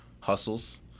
hustles